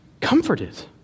Comforted